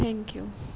thank you